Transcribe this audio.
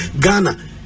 Ghana